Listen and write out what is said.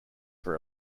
for